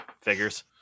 Figures